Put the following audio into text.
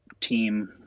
team